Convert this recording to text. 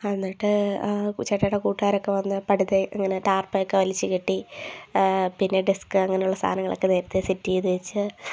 അന്നിട്ട് ആ ചേട്ടായിയുടെ കൂട്ടുകാരൊക്കെ വന്ന് പടുതെ ഇങ്ങനെ ടാർപ്പായ്യൊക്കെ വലിച്ചു കെട്ടി പിന്നെ ഡസ്ക് അങ്ങനെയുള്ള സാധനങ്ങളൊക്കെ നേരത്തെ സെറ്റ് ചെയ്ത് വെച്ചു